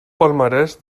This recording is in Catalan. palmarès